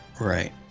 Right